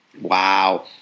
Wow